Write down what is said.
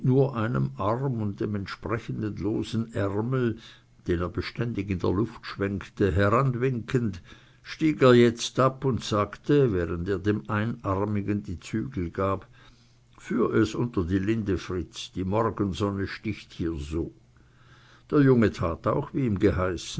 nur einem arm und dem entsprechenden losen ärmel den er beständig in der luft schwenkte heranwinkend stieg er jetzt ab und sagte während er dem einarmigen die zügel gab führ es unter die linde fritz die morgensonne sticht hier so der junge tat auch wie ihm geheißen